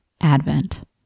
Advent